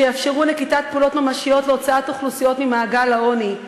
שיאפשרו נקיטת פעולות ממשיות להוצאת אוכלוסיות ממעגל העוני.